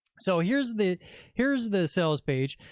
so here's the here's the sales page.